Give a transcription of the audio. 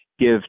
give